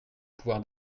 pouvoir